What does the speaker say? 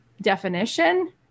definition